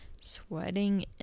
sweating